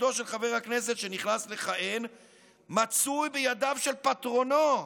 עתידו של חבר הכנסת שנכנס לכהן מצוי בידיו של פטרונו,